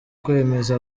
kwemeza